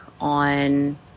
on